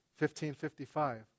1555